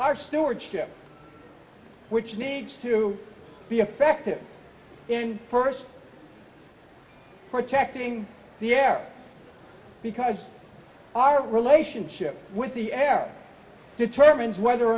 our stewardship which needs to be affected in first protecting the air because our relationship with the air determines whether